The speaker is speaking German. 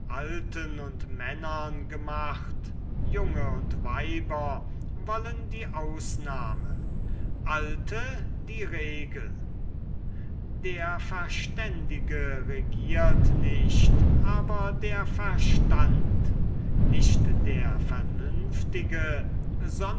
und männern gemacht junge und weiber wollen die ausnahme alte die regel der verständige regiert nicht aber der verstand nicht der vernünftige